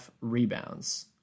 rebounds